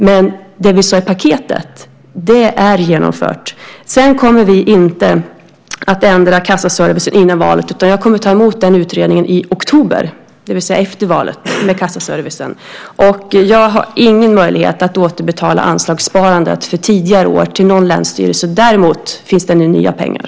Men paketet är genomfört. Vi kommer inte att ändra kassaservicen före valet. Jag kommer att ta emot utredningen om kassaservicen i oktober, det vill säga efter valet. Jag har ingen möjlighet att återbetala anslagssparandet för tidigare år till någon länsstyrelse. Däremot finns det nya pengar.